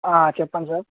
చెప్పండి సార్